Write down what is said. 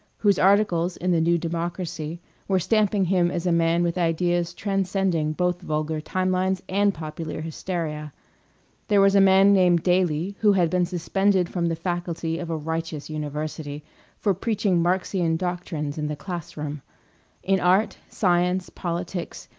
whose articles in the new democracy were stamping him as a man with ideas transcending both vulgar timeliness and popular hysteria there was a man named daly who had been suspended from the faculty of a righteous university for preaching marxian doctrines in the classroom in art, science, politics,